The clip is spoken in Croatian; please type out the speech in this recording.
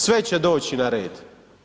Sve će doći na red.